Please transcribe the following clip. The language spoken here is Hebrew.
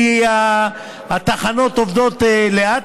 כי התחנות עובדות לאט.